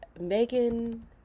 megan